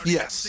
Yes